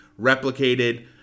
replicated